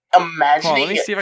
imagining